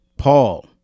Paul